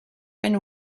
been